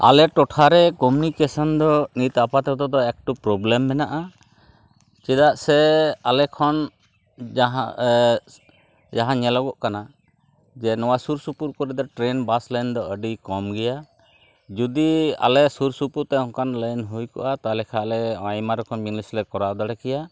ᱟᱞᱮ ᱴᱚᱴᱷᱟᱨᱮ ᱠᱚᱢᱤᱭᱩᱱᱤᱠᱮᱥᱚᱱ ᱫᱚ ᱱᱤᱛ ᱟᱯᱟᱛᱚᱛᱚᱫᱚ ᱮᱠᱴᱩ ᱯᱨᱚᱵᱞᱮᱢ ᱢᱮᱱᱟᱜᱼᱟ ᱪᱮᱫᱟᱜ ᱥᱮ ᱟᱞᱮᱠᱷᱚᱱ ᱡᱟᱦᱟᱸ ᱧᱮᱞᱚᱜᱚᱜ ᱠᱟᱱᱟ ᱡᱮ ᱱᱚᱣᱟ ᱥᱩᱨᱥᱩᱯᱩᱨ ᱠᱚᱨᱮ ᱫᱚ ᱴᱨᱮᱱ ᱵᱟᱥ ᱞᱟᱭᱤᱱᱫᱚ ᱟᱹᱰᱤ ᱠᱚᱢ ᱜᱮᱭᱟ ᱡᱩᱫᱤ ᱟᱞᱮ ᱥᱩᱨᱥᱩᱯᱩᱨᱛᱮ ᱚᱱᱠᱟᱱ ᱞᱟᱭᱤᱱ ᱦᱩᱭᱠᱚᱜᱼᱟ ᱛᱟᱦᱚᱞᱮ ᱠᱷᱟᱱ ᱟᱞᱮ ᱟᱭᱢᱟ ᱨᱚᱠᱚᱢ ᱡᱤᱱᱤᱥᱞᱮ ᱠᱚᱨᱟᱣ ᱫᱟᱲᱮᱠᱮᱭᱟ